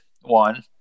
One